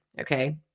Okay